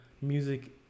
music